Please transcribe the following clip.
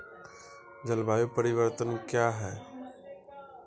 जलवायु परिवर्तन कया हैं?